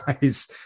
guys